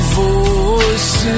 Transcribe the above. voice